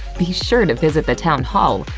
be sure to visit the town hall,